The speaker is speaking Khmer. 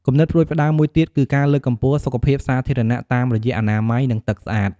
គំនិតផ្តួចផ្តើមមួយទៀតគឺការលើកកម្ពស់សុខភាពសាធារណៈតាមរយៈអនាម័យនិងទឹកស្អាត។